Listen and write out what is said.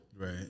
Right